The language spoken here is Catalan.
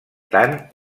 tant